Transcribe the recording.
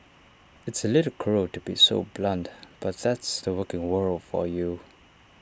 it's A little cruel to be so blunt but that's the working world for you